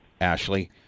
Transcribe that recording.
Ashley